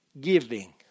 giving